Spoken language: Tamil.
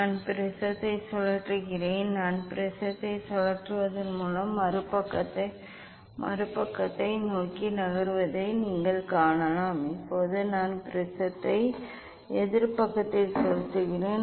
நான் ப்ரிஸத்தை சுழற்றுகிறேன் நான் ப்ரிஸத்தை சுழற்றுகிறேன் இது இந்த மறுபக்கத்தை நோக்கி நகர்வதை நீங்கள் காணலாம் இப்போது நான் ப்ரிஸத்தை எதிர் பக்கத்தில் சுழற்றுகிறேன்